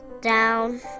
down